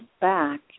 back